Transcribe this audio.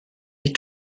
les